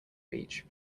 beach